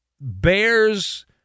Bears